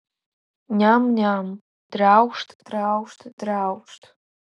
niam niam triaukšt triaukšt triaukšt